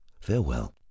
Farewell